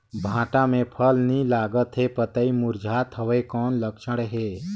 भांटा मे फल नी लागत हे पतई मुरझात हवय कौन लक्षण हे?